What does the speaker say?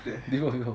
before before